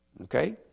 Okay